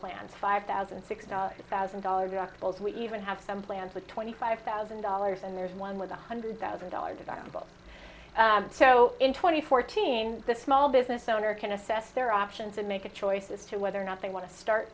plans five thousand six thousand dollars deductibles we even have some plans with twenty five thousand dollars and there's one with a hundred thousand dollars deductible so in twenty fourteen the small business owner can assess their options and make a choice as to whether or not they want to start